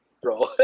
bro